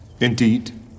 Indeed